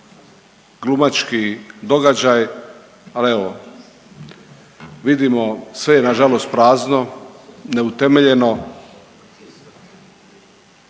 glumački događaj, ali evo, vidimo sve je nažalost prazno, neutemeljeno,